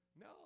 No